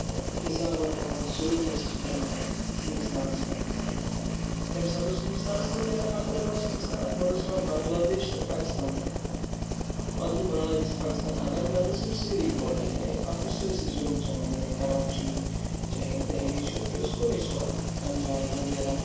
اِزا واتناوان ظُلم اوس خطرناک ہِندُستانَس پٮ۪ٹھ تَمہِ ساتہٕ اوس ہِندُستانَس منٛز یعنی اَکوے نہ اوس ہِندُستان اَتھ منٛز اوس یِوان بنٛگلہ دیش تہٕ پاکِستان تہِ تہٕ پَتہٕ گوٚو بانٛگلہ دیش پاکِستان الگ نَتہٕ ٲسۍ یِم سٲری یِکوَٹَے یعنی اَتھ اوس سٲرسٕے ظُلم چَلان یعنی کَراچی چاہے دہلی چھُ یہِ ٲس کُنُے سورُے پنجاب وغیرہ